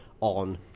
on